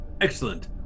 excellent